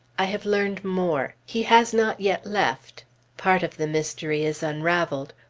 i have learned more. he has not yet left part of the mystery is unraveled,